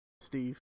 Steve